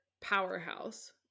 powerhouse